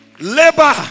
Labor